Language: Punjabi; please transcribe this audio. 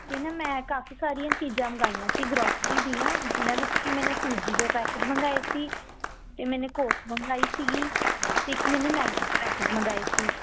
ਅਤੇ ਨਾ ਮੈਂ ਕਾਫੀ ਸਾਰੀਆਂ ਚੀਜ਼ਾਂ ਮੰਗਵਾਈਆਂ ਸੀ ਗਰੋਸਰੀ ਦੀਆਂ ਜਿਹਨਾਂ ਵਿੱਚ ਕਿ ਮੈਨੇ ਸੂਜੀ ਦੇ ਪੈਕਟ ਮੰਗਵਾਏ ਸੀ ਅਤੇ ਮੈਨੇ ਕੋਕ ਮੰਗਵਾਈ ਸੀਗੀ ਅਤੇ ਇੱਕ ਮੈਨੇ ਮੈਗੀ ਦੇ ਪੈਕਟ ਮੰਗਵਾਏ ਸੀ